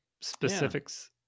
specifics